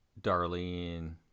Darlene